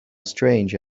strange